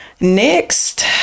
next